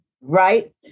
right